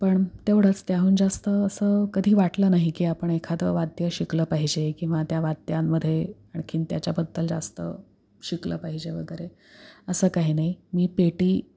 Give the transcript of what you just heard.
पण तेवढंच त्याहून जास्त असं कधी वाटलं नाही की आपण एखादं वाद्य शिकलं पाहिजे किंवा त्या वाद्यांमध्ये आणखीन त्याच्याबद्दल जास्त शिकलं पाहिजे वगैरे असं काही नाही मी पेटी